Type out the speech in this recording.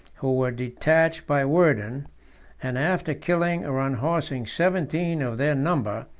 who were detached by werdan and, after killing or unhorsing seventeen of their number,